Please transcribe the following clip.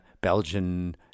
Belgian